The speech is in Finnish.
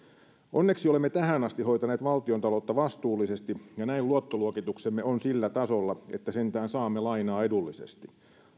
onneksi olemme tähän asti hoitaneet valtiontaloutta vastuullisesti ja näin luottoluokituksemme on sillä tasolla että sentään saamme lainaa edullisesti